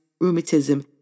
rheumatism